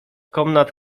komnat